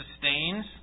sustains